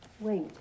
Wait